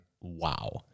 Wow